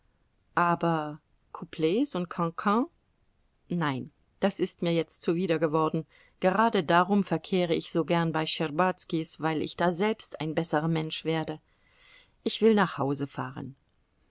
aber couplets und cancan nein das ist mir jetzt zuwider geworden gerade darum verkehre ich so gern bei schtscherbazkis weil ich da selbst ein besserer mensch werde ich will nach hause fahren